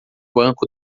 banco